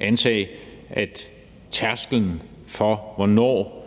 antage, at tærsklen for, hvornår